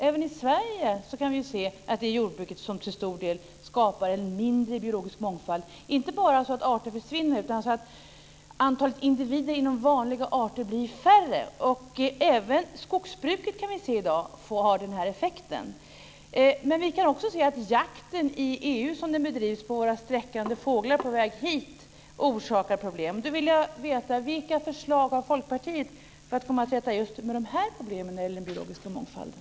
Även i Sverige kan vi se att det är jordbruket som till stor del skapar en mindre biologisk mångfald, inte bara så att arter försvinner utan också så att antalet individer inom vanliga arter blir färre. Vi kan i dag se att även skogsbruket har den här effekten. Vi kan också se att jakten i EU, som den bedrivs på sträckande fåglar på väg hit, orsakar problem. Då vill jag veta vilka förslag Folkpartiet har för att komma till rätta med just de här problemen när det gäller den biologiska mångfalden.